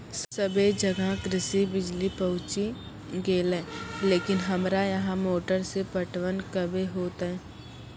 सबे जगह कृषि बिज़ली पहुंची गेलै लेकिन हमरा यहाँ मोटर से पटवन कबे होतय?